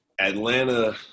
Atlanta